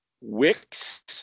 Wix